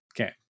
Okay